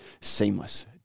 Seamless